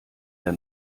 der